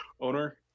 owner